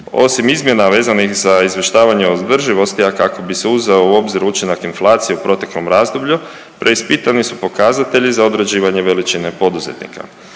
Osim izmjena vezanih za izvještavanje o održivosti, a kako bi se uzeo u obzir učinak inflacije u proteklom razdoblju, preispitani su pokazatelji za određivanje veličine poduzetnika.